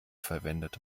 verwendet